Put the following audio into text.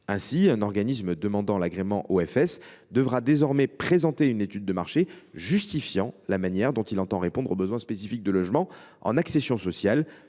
Ainsi, un organisme demandant l’agrément OFS devra désormais présenter une étude de marché justifiant la manière dont il entend répondre au besoin spécifique de logements en accession sociale